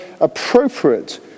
appropriate